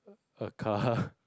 a car